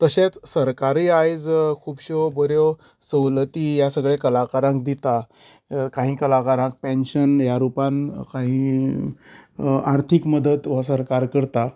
तशेंच सरकारी आयज खुबश्यो बऱ्यो सवलती ह्या सगळ्यां कलाकारांक दिता काही कलाकारांक पेन्शन ह्या रूपान काही अर्थीक मदत हो सरकार करता